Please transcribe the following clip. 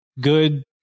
good